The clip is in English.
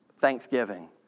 thanksgiving